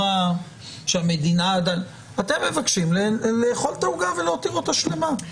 אתם מבקשים לאכול את העוגה ולהותיר אותה שלמה.